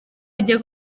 agiye